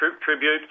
tribute